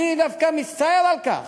אני דווקא מצטער על כך